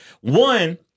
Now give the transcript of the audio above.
one